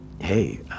Hey